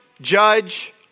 Judge